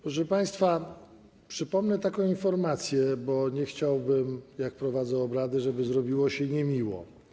Proszę państwa, przypomnę taką informację, bo nie chciałbym, jak prowadzę obrady, żeby zrobiło się niemiło.